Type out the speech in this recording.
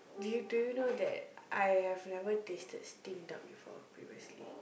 do you do you know that I have never tasted steamed duck before previously